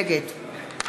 נגד